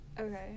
Okay